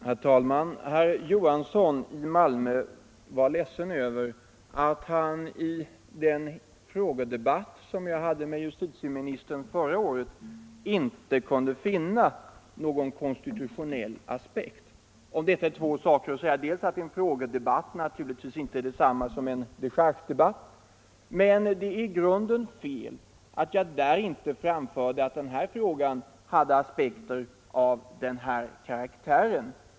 Herr talman! Herr Johansson i Malmö var ledsen över att han i den Granskning av frågedebatt som jag hade med justitieministern förra året inte kunde statsrådens finna någon konstitutionell aspekt. Om detta är två saker att säga: dels tjänsteutövning är en frågedebatt naturligtvis inte detsamma som en dechargedebatt, dels m.m. är det i grunden fel att jag där inte framförde att frågan hade aspekter av den karaktären.